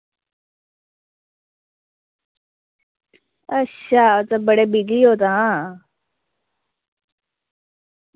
अच्छा तां बड़े बिज़ी ऐ तां